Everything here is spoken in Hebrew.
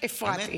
הפרעתי,